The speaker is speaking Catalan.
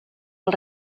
del